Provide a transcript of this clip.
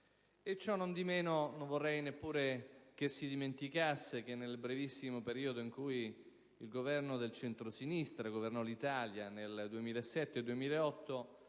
Ciò nondimeno, non vorrei si dimenticasse che, nel breve periodo in cui il Governo del centrosinistra governò l'Italia, nel 2007